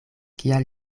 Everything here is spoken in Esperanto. kial